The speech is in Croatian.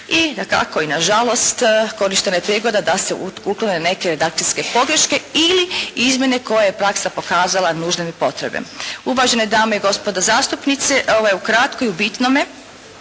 i dakako i na žalost korištena je prigoda da se uklone neke didakcijske pogreške ili izmjene koje je praksa pokazala nužnim i potrebnim. Uvažene dame i gospodo zastupnici, ovo je u kratko i u bitnome